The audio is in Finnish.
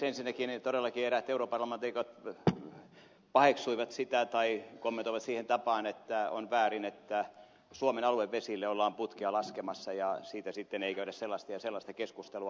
ensinnäkin todellakin eräät europarlamentaarikot paheksuivat sitä tai kommentoivat siihen tapaan että on väärin että suomen aluevesille ollaan putkea laskemassa ja siitä sitten ei käydä sellaista ja sellaista keskustelua